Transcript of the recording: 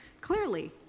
clearly